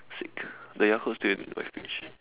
sick the Yakult still in my fridge